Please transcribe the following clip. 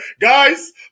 Guys